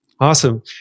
Awesome